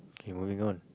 okay moving on